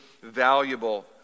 valuable